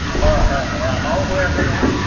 হয় হয় হয় আমাৰো হৈ আছে নহয়